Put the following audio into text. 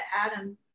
adam